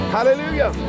Hallelujah